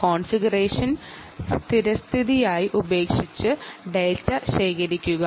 configuration ചെയ്തതിനു ശേഷം data ശേഖരിക്കാൻ തുടങ്ങുന്നു